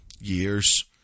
years